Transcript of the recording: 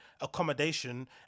accommodation